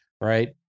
right